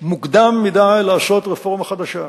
מוקדם מדי לעשות רפורמה חדשה.